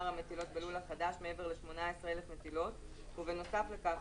המטילות בלול החדש מעבר ל-18,000 מטילות ובנוסף לכך,